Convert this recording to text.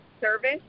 service